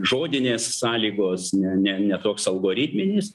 žodinės sąlygos ne ne ne toks algoritminis